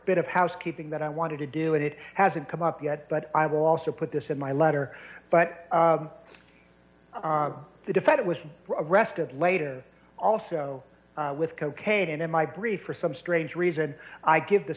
bit of housekeeping that i wanted to do and it hasn't come up yet but i will also put this in my letter but the defendant was arrested later also with cocaine and in my brief for some strange reason i give the